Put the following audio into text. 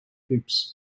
hoops